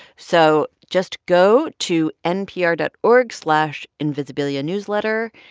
so just go to npr dot org slash invisibilianewsletter,